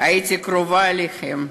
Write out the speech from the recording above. הייתי קרובה אליכם.